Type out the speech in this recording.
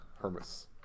Hermes